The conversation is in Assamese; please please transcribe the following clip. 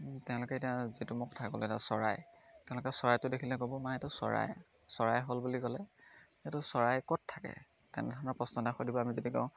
তেওঁলোকে এতিয়া যিটো মোক কথা ক'লে এতিয়া চৰাই তেওঁলোকে চৰাইটো দেখিলে ক'ব মা এইটো চৰাই চৰাই হ'ল বুলি ক'লে এইটো চৰাই ক'ত থাকে তেনেধৰণৰ প্ৰশ্ন এটা সুধিব আমি যদি কওঁ